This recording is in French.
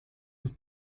une